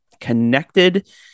connected